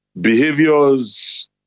behaviors